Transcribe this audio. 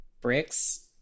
bricks